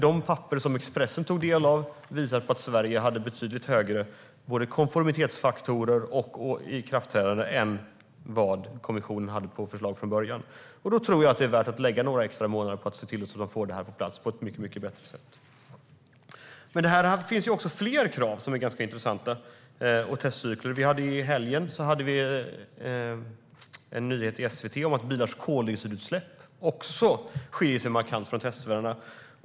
De papper som Expressen tog del av visar på att Sverige hade både betydligt högre konformitetsfaktorer och betydligt senare ikraftträdande än kommissionen hade på förslag från början. Därför tror jag att det är värt att lägga några extra månader på att se till att få det här på plats på ett mycket bättre sätt. Men det finns fler krav och testcykler som är intressanta. I helgen hade SVT en nyhet om att bilars koldioxidutsläpp också skiljer sig markant från testvärdena.